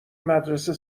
مدرسه